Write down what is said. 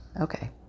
Okay